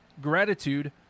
Gratitude